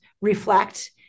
reflect